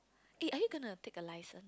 eh are you gonna take a license